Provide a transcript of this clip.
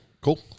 Cool